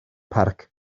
parc